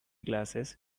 glasses